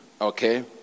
Okay